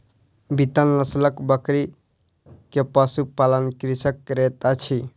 बीतल नस्लक बकरी के पशु पालन कृषक करैत अछि